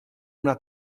una